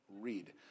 read